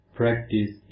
practice